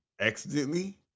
Accidentally